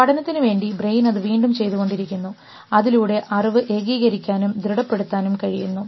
പഠനത്തിനുവേണ്ടി brain അത് വീണ്ടും ചെയ്തുകൊണ്ടിരിക്കുന്നു അതിലൂടെ അറിവ് ഏകീകരിക്കാൻ ദൃഢംപെടുത്താൻ കഴിയുന്നു